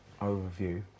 overview